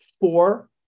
four